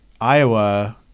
Iowa